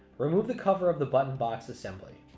remove the cover of the button box assembly.